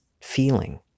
feeling